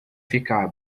ficar